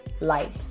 life